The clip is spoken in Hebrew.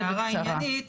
אני רוצה להעיר הערה עניינית